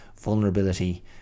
vulnerability